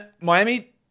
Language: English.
Miami